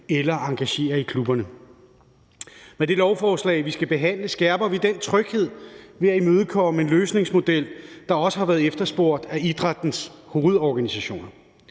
eller engagere i klubberne. Med det lovforslag, vi skal behandle, øger vi den tryghed ved at imødekomme en løsningsmodel, der også har været efterspurgt af idrættens hovedorganisationer.